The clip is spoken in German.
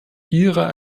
ihrer